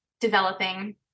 developing